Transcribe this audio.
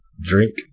Drink